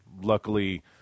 luckily